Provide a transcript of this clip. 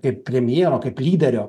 kaip premjero kaip lyderio